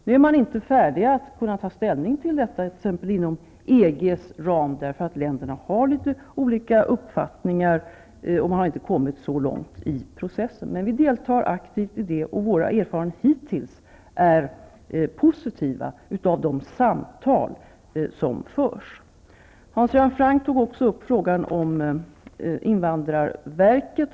Man är ännu inte färdig att ta ställning till detta, t.ex. inom EG:s ram, eftersom länderna har litet olika uppfattningar. Man har inte heller kommit så långt i processen. Men vi deltar aktivt i den, och våra erfarenheter hittills av de samtal som förs är positiva. Hans Göran Franck tog också upp frågan om invandrarverket.